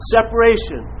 Separation